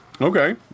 Okay